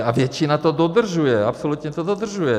A většina to dodržuje, absolutně to dodržuje.